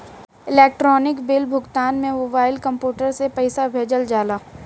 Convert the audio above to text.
electronic bill भुगतान में mobile, computer से पईसा भेजल जाला